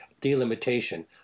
delimitation